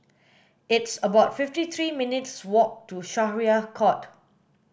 it's about fifty three minutes' walk to Syariah Court